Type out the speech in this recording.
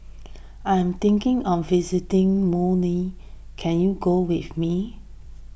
I am thinking of visiting can you go with me